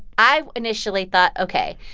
i initially thought, ok,